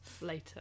later